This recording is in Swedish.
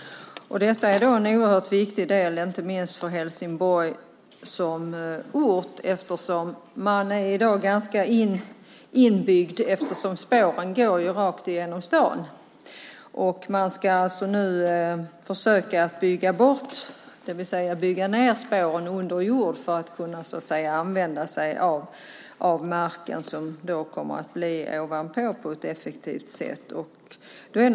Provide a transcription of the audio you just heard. Detta är en oerhört viktig del, inte minst för Helsingborg som ort, eftersom man i dag är ganska inbyggd - spåren går rakt igenom staden. Nu ska man försöka bygga bort spåren, det vill säga bygga ned dem under jord för att i stället kunna använda marken ovanpå på ett effektivt sätt.